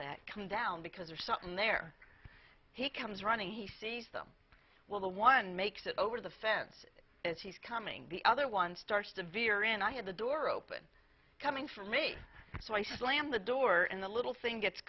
that come down because there's something there he comes running he sees them well the one makes it over the fence as he's coming the other one starts to veer in i had the door open coming for me so i slammed the door and the little thing gets